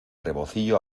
rebocillo